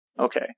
Okay